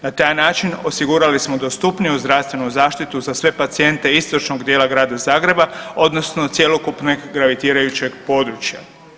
Na taj način osigurali smo dostupniju zdravstvenu zaštitu za sve pacijente istočnog dijela grada Zagreba, odnosno cjelokupnog gravitirajućeg područja.